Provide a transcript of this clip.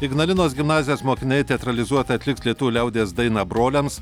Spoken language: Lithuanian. ignalinos gimnazijos mokiniai teatralizuotai atliks lietuvių liaudies daina broliams